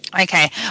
Okay